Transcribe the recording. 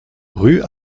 rue